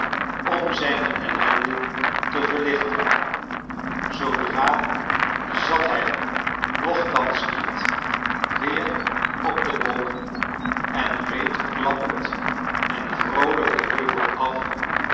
om zijne ellende te verlichten zoodra zat hij nochtans niet weer op den bok en reed klappend en vroolijk den heuvel af